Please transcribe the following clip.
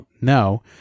no